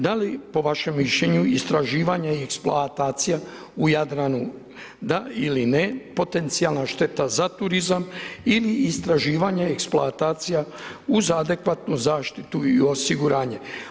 Da li po vašem mišljenju istraživanje i eksploatacija u Jadranu, da ili ne, potencijalna šteta za turizam, ili istraživanje eksploatacija uz adekvatnu zaštitu i osiguranje.